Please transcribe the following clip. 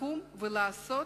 לקום ולעשות